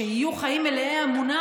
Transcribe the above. שיהיו חיים מלאי אמונה,